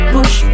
Push